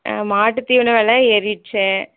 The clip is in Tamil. மாட்டு தீவன வில ஏறிருச்சு